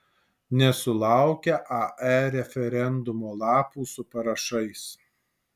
nesulaukia ae referendumo lapų su parašais